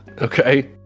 Okay